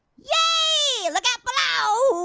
yay, look out below!